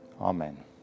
amen